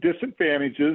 disadvantages